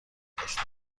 داشت